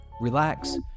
relax